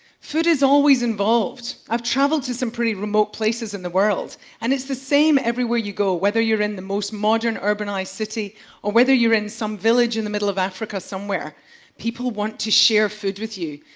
food is always involved. i've traveled to some pretty remote places in the world and it's the same everywhere you go, whether you're in the most modern urbanized city or whether you're in some village in the middle of africa somewhere people want to share food with you.